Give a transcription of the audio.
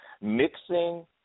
mixing